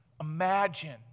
imagine